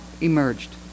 emerged